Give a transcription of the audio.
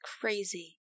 crazy